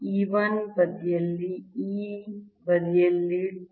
E 1 ಬದಿಯಲ್ಲಿ E ಬದಿಯಲ್ಲಿ 2